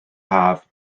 haf